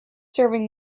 serving